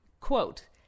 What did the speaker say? quote